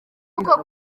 uko